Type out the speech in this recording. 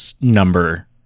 number